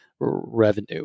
revenue